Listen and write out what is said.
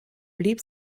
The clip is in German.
blieb